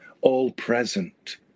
all-present